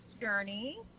Journey